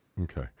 Okay